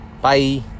bye